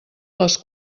les